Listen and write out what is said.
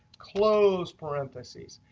close parentheses.